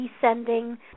descending